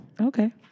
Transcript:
okay